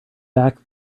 back